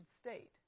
state